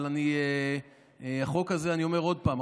אבל אני אומר עוד הפעם,